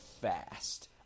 fast